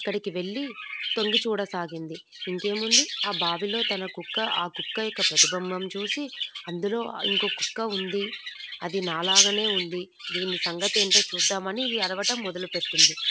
అక్కడికి వెళ్ళి తొంగి చూడసాగింది ఇంకేం ఉంది ఆ బావిలో తన కుక్క ఆ కుక్క యొక్క ప్రతిబింబం చూసి అందులో ఇంకో కుక్క ఉంది అది నా లాగానే ఉంది దీని సంగతి ఏంటో చూద్దాము అని ఇది అరవటం మొదలు పెట్టింది